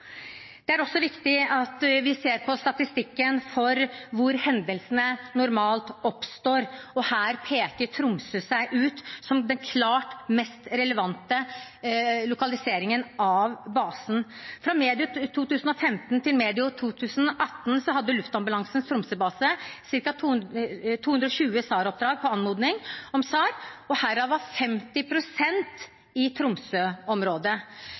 Det er også viktig at vi ser på statistikken for hvor hendelsene normalt oppstår. Her peker Tromsø seg ut som den klart mest relevante lokaliseringen av basen. Fra medio 2015 til medio 2018 hadde luftambulansens Tromsø-base ca. 220 SAR-oppdrag på anmodning om SAR, og herav var 50 pst. i